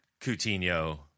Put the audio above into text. Coutinho